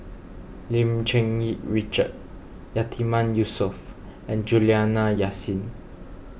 Lim Cherng Yih Richard Yatiman Yusof and Juliana Yasin